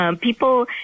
People